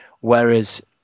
whereas